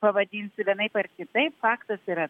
pavadinsi vienaip ar kitaip faktas yra